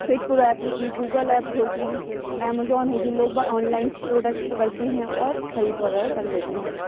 fit پورا app ہے گی گوگل ایپ ہوگی ایمیزون ہے گی لوگ با آن لائنس پروڈکٹس پکڑتے ہیں اور خرید وغیرہ کر لیتے ہیں